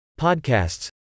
podcasts